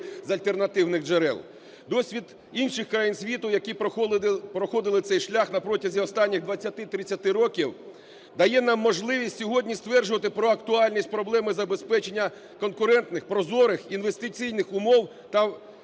з альтернативних джерел. Досвід інших країн світу, які проходили цей шлях протягом останніх 20-30 років, дає нам можливість сьогодні стверджувати про актуальність проблеми забезпечення конкурентних, прозорих, інвестиційних умов та